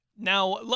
Now